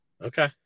Okay